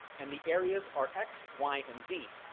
and the areas are x, y, and z.